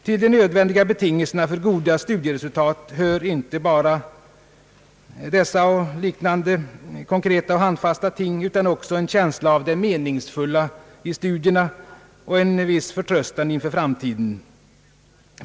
Till de nödvändiga betingelserna för goda studieresultat hör inte bara dessa konkreta och handfasta ting av liknande typ utan också en känsla av det meningsfulla i studierna och en viss förtröstan inför framtiden.